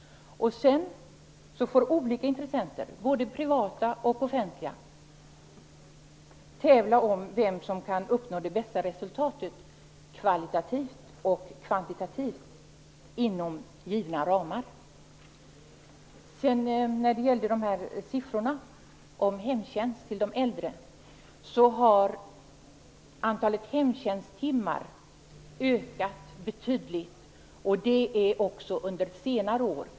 Sedan får olika intressenter -- både privata och offentliga -- tävla om vem som kan uppnå det bästa resultatet kvalitativt och kvantitativt inom givna ramar. När det gäller siffrorna om hemtjänst till de äldre har antalet hemtjänsttimmar ökat betydligt också under senare år.